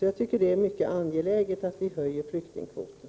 Jag tycker att det är mycket angeläget att vi ökar flyktingkvoten.